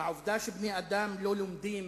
העובדה שבני-אדם לא לומדים